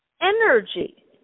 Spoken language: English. energy